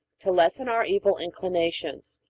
to lessen our evil inclinations.